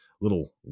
little